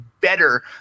better